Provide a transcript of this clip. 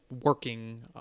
working